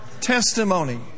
testimony